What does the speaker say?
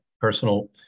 personal